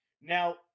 Now